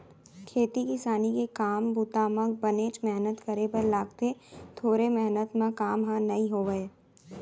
खेती किसानी के काम बूता म बनेच मेहनत करे बर लागथे थोरे मेहनत म काम ह नइ होवय